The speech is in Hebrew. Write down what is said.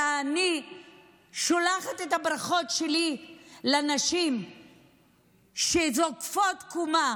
ואני שולחת את הברכות שלי לנשים שזוקפות קומה